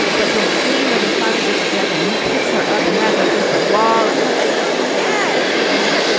but this scene where they finally get together and he picks her up and has, i guess, the wall and and like, oh, yeah yes, yes.